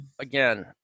again